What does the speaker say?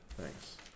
Thanks